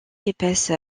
épaisse